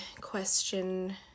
question